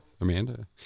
amanda